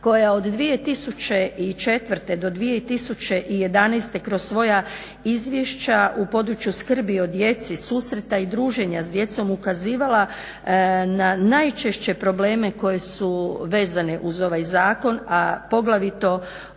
koja od 2004. do 2011. kroz svoja izvješća u području skrbi o djeci, susreta i druženja s djecom, ukazivala na najčešće probleme koje su vezane uz ovaj Zakon, a poglavito